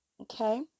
Okay